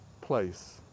place